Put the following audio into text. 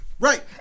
Right